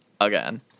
again